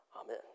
Amen